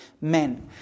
men